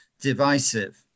divisive